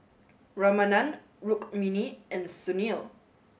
Ramanand Rukmini and Sunil